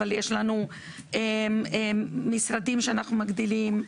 אבל יש לנו משרדים שאנחנו מגדילים,